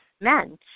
men